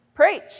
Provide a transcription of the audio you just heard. preach